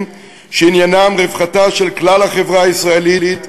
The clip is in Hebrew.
שעניינם רווחתה של כלל החברה הישראלית,